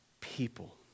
people